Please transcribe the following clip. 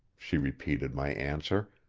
she repeated my answer,